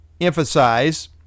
emphasize